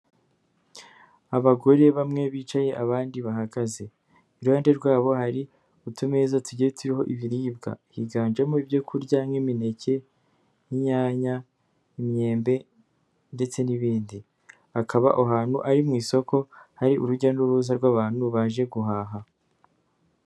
Abagore bamwe bicaye abandi bahagaze, iruhande rwabo hari utumeza tugiye turiho ibiribwa, higanjemo ibyo kurya nk'imineke, inyanya, imyembe ndetse n'ibindi, hakaba aho hantu ari mu isoko hari urujya n'uruza rw'abantu baje guhaha.